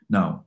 Now